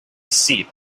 seat